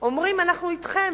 אומרים: אנחנו אתכם,